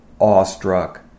awestruck